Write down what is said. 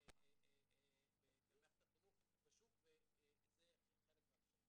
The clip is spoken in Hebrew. במערכת החינוך בשוק, וזה חלק מהקשיים.